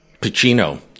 Pacino